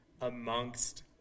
amongst